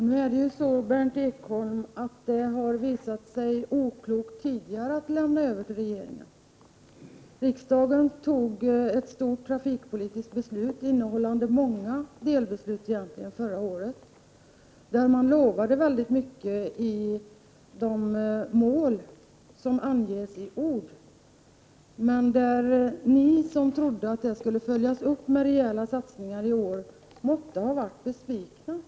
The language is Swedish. Herr talman! Berndt Ekholm, det har tidigare visat sig oklokt att överlåta frågor till regeringen. Riksdagen fattade ett stort trafikpolitiskt beslut förra året, som innehöll många delbeslut. Man lovade där väldigt mycket i de mål som angavs i ord. Ni som trodde att det skulle följas upp med rejäla satsningar i år måtte ha blivit besvikna.